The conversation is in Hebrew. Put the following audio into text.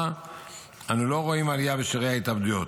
אנו לא רואים עלייה בשיעורי ההתאבדויות.